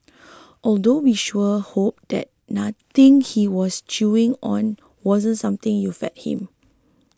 although we sure hope that nothing he was chewing on wasn't something you fed him